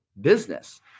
business